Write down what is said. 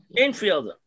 Infielder